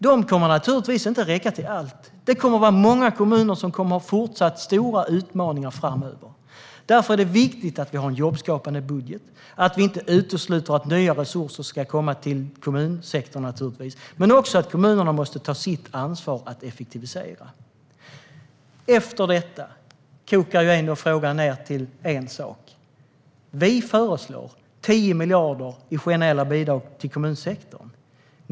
De kommer naturligtvis inte att räcka till allt. Många kommuner kommer att fortsätta att ha stora utmaningar framöver. Därför är det viktigt att vi har en jobbskapande budget och att vi inte utesluter att nya resurser ska komma till kommunsektorn. Men kommunerna måste också ta sitt ansvar att effektivisera. Efter detta kokar ändå frågan ned till en sak. Vi föreslår 10 miljarder i generella bidrag till kommunsektorn.